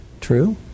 true